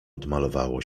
odmalowało